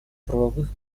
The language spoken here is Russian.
правовых